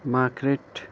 Margaret